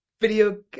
Video